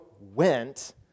went